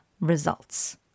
results